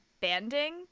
banding